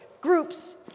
Groups